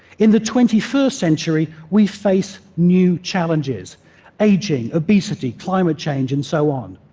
in the twenty first century, we face new challenges aging, obesity, climate change, and so on.